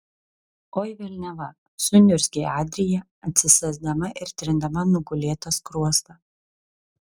oi velniava suniurzgė adrija atsisėsdama ir trindama nugulėtą skruostą